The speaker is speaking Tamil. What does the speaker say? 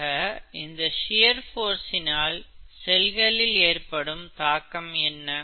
ஆக இந்த ஷியர் போர்ஸ்சினால் செல்களில் ஏற்படும் தாக்கம் என்ன